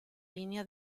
línea